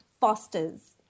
Foster's